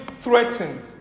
threatened